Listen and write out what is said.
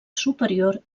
superior